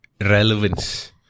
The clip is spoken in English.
relevance